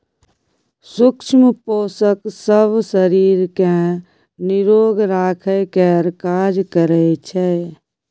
सुक्ष्म पोषक सब शरीर केँ निरोग राखय केर काज करइ छै